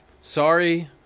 sorry